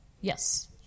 yes